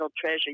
treasure